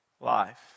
life